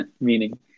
meaning